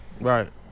Right